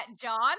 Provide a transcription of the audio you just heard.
John